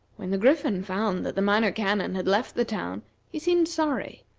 when the griffin found that the minor canon had left the town he seemed sorry,